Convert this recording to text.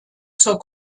zur